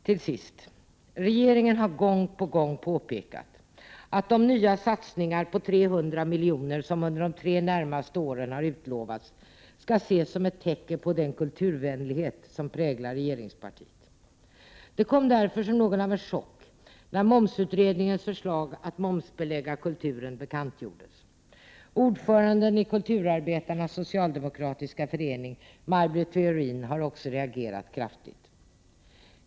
Till sist, regeringen har gång på gång påpekat att de nya satsningar på 300 milj.kr. som har utlovats de tre närmaste åren, skall ses som ett tecken på den kulturvänlighet som präglar regeringspartiet. Det kom därför som något av en chock när momsutredningens förslag att momsbelägga kulturen bekantgjordes. Ordföranden i kulturarbetarnas socialdemokratiska förening, Maj Britt Theorin, har också reagerat kraftigt.